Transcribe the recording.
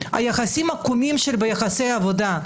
יחסים עקומים ביחסי עבודה.